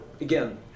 again